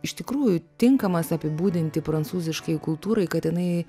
iš tikrųjų tinkamas apibūdinti prancūziškai kultūrai kad jinai